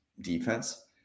defense